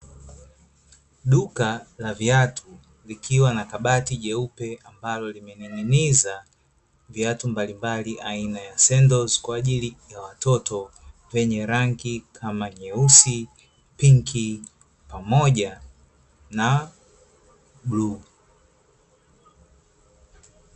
Duka la viatu likiwa na kabati jeupe ambalo limening'iniza viatu mbalimbali aina ya sendozi kwa ajili ya watoto vyenye rangi kama: nyeusi, pinki pamoja na bluu.